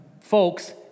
folks